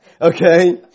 Okay